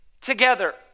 together